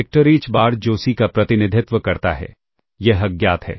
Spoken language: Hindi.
वेक्टर h बार जो CSI का प्रतिनिधित्व करता है यह अज्ञात है